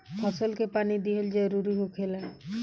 फसल के पानी दिहल जरुरी होखेला